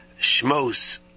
Shmos